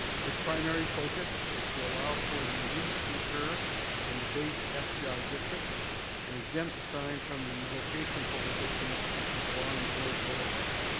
its primary focus is to allow for the use to occur in the base sci district and exempt the sign from the location prohibitions along mcknight boulevard.